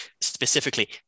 specifically